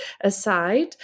aside